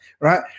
right